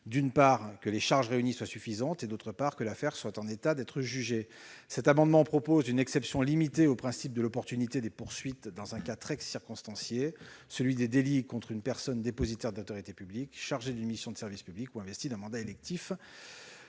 d'une part, que les charges réunies soient suffisantes, et, d'autre part, que l'affaire soit en état d'être jugée. Cet amendement prévoit une exception limitée au principe de l'opportunité des poursuites dans un cas très circonstancié, celui des délits contre une personne dépositaire de l'autorité publique chargée d'une mission de service public ou investie d'un mandat électif